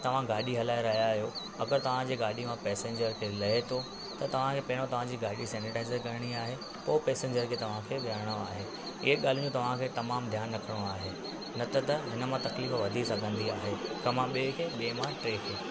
तव्हां गाॾी हलाए रहिया आहियो अगरि तव्हांजे गाॾी मां पैसेंजर केरु लहे थो तव्हांजे पहिरों तव्हांजी गाॾी सेनीटाइज़र करिणी आहे पोइ पैसेंजर खे तवांखे विहणो आहे इहे ॻाल्हियूं तव्हांखे तमामु ध्यानु रखिणो आहे न त त हिन मां तकलीफ़ु वधी सघंदी आहे हिकु मां ॿिए खे ॿिए मां टे खे